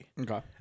Okay